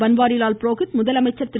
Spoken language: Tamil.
பன்வாரிலால் புரோஹித் முதலமைச்சர் திரு